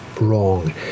wrong